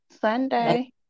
Sunday